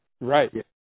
Right